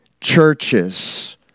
churches